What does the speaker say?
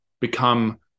become